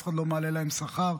אף אחד לא מעלה להם שכר.